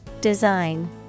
Design